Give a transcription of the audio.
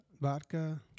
vodka